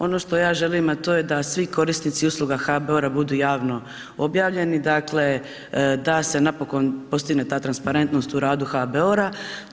Ono što ja želim, a to je da svi korisnici usluga HBOR-a budu javno objavljeni, dakle da se napokon postigne ta transparentnost u radu HBOR-a.